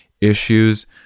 issues